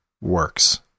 works